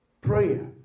prayer